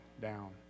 down